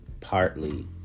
partly